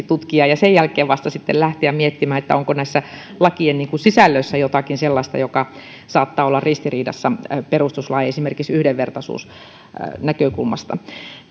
tutkia ja sen jälkeen vasta sitten lähteä miettimään onko näissä lakien sisällöissä jotakin sellaista joka saattaa olla ristiriidassa perustuslain kanssa esimerkiksi yhdenvertaisuusnäkökulmasta